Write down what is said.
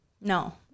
No